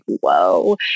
whoa